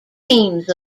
teams